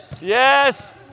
Yes